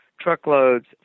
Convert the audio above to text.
truckloads